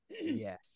yes